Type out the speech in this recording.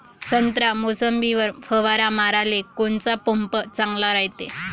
संत्रा, मोसंबीवर फवारा माराले कोनचा पंप चांगला रायते?